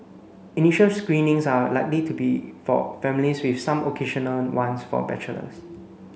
initial screenings are likely to be for families with some occasional ones for bachelors